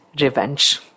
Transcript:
revenge